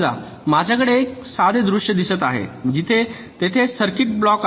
समजा माझ्याकडे असे एक साधे दृश्य दिसत आहे जिथे तेथे सर्किट ब्लॉक आहे